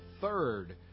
third